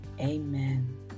amen